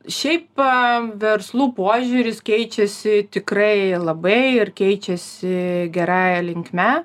šiaip verslų požiūris keičiasi tikrai labai ir keičiasi gerąja linkme